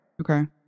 okay